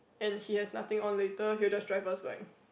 and he has nothing on later he will just drive us back